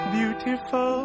Beautiful